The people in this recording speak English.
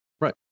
right